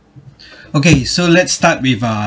okay so let's start with a